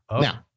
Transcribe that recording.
Now